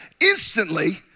instantly